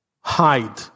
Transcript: hide